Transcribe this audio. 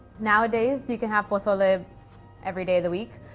nowadays, you can have pozole ah every day of the week,